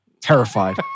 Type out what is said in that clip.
terrified